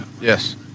Yes